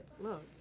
look